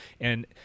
and-